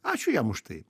ačiū jam už tai